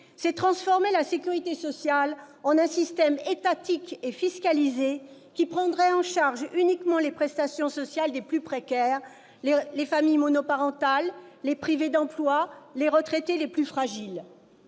à transformer la sécurité sociale en un système étatique et fiscalisé qui prendrait en charge uniquement les prestations sociales des plus précaires : les familles monoparentales, les privés d'emploi, ou encore les retraités les plus fragiles.